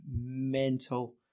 mental